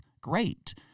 great